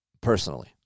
personally